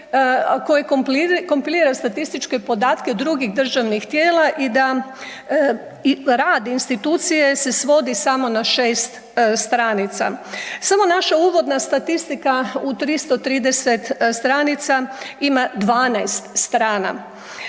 koje kompilira statističke podatke drugih državnih tijela i da i rad institucije se svodi samo na 6 stranica. Samo naša uvodna statistika u 330 stranica ima 12 strana.